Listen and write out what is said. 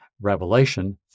Revelation